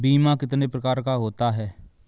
बीमा कितने प्रकार का होता है?